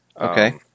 Okay